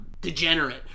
degenerate